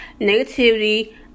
negativity